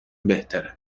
بهتره